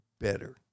better